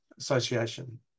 Association